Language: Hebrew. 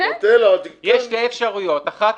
יש שתי אפשרויות: אחת,